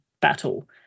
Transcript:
battle